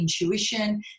intuition